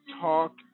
talk